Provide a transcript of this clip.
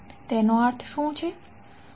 તો તેનો અર્થ શું છે